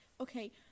okay